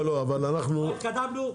לא התקדמנו.